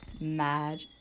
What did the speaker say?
mad